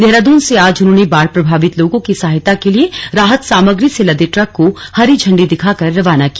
देहरादून र्से आज उन्होंने बाढ़ प्रभावित लोगों की सहायता के लिए राहत सामग्री से लदे ट्रक को हरी झंडी दिखाकर रवाना किया